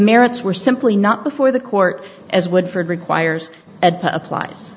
merits were simply not before the court as woodford requires applies